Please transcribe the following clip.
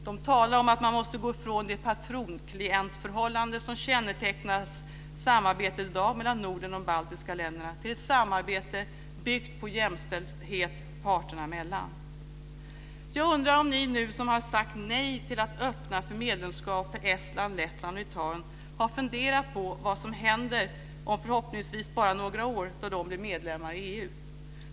De talar om att man måste gå ifrån det patron-klient-förhållande som kännetecknar samarbetet i dag mellan Norden och de baltiska länderna till ett samarbete byggt på jämställdhet parterna emellan. Jag undrar om ni som nu har sagt nej till att öppna för medlemskap för Estland, Lettland och Litauen har funderat på vad som händer om förhoppningsvis bara några år då de blir medlemmar i EU.